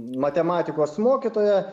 matematikos mokytoja